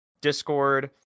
discord